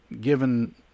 given